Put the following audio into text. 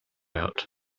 out